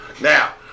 Now